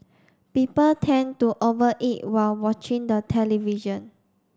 people tend to over eat while watching the television